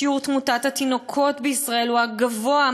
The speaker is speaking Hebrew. שיעור תמותת התינוקות בישראל הוא הגבוה,